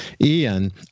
Ian